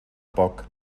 poc